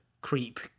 creep